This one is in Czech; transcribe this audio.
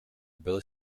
byl